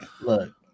Look